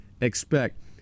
expect